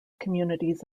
communities